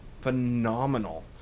phenomenal